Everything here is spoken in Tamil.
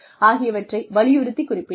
ஆகியவற்றை வலியுறுத்தி குறிப்பிட்டது